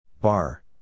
Bar